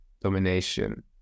domination